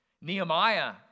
Nehemiah